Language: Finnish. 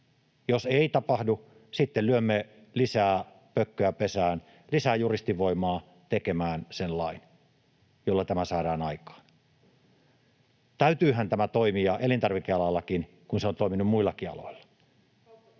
Jos ei tapahdu, sitten lyömme lisää pökköä pesään, lisää juristivoimaa tekemään sen lain, jolla tämä saadaan aikaan. Täytyyhän tämän toimia elintarvikealallakin, kun se on toiminut muillakin aloilla.